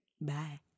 Bye